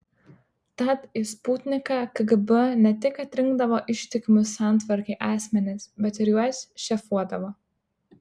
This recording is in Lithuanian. tad į sputniką kgb ne tik atrinkdavo ištikimus santvarkai asmenis bet ir juos šefuodavo